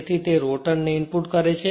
તેથી તે રોટરને ઈન્પુટ કરે છે